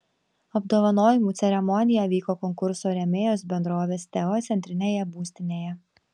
apdovanojimų ceremonija vyko konkurso rėmėjos bendrovės teo centrinėje būstinėje